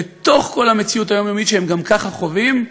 בתוך כל המציאות היומיומית שהם גם ככה חווים,